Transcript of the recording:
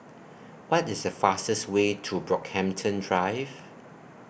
What IS The fastest Way to Brockhampton Drive